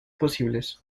posibles